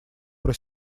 про